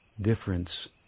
difference